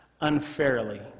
unfairly